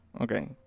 Okay